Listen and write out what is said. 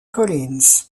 collins